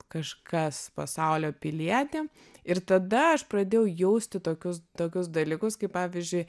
kažkas pasaulio pilietė ir tada aš pradėjau jausti tokius tokius dalykus kaip pavyzdžiui